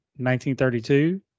1932